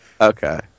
Okay